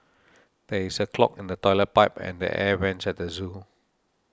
there is a clog in the Toilet Pipe and the Air Vents at the zoo